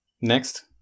Next